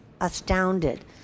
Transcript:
astounded